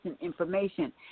information